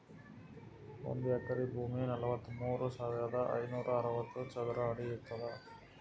ಒಂದ್ ಎಕರಿ ಭೂಮಿ ನಲವತ್ಮೂರು ಸಾವಿರದ ಐನೂರ ಅರವತ್ತು ಚದರ ಅಡಿ ಇರ್ತದ